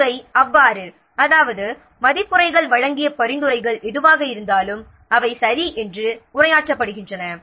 எனவே இவை அவ்வாறு அதாவது மதிப்புரைகள் வழங்கிய பரிந்துரைகள் எதுவாக இருந்தாலும் அவை சரி என்று உரையாற்றப்படுகின்றன